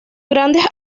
grandes